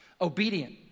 obedient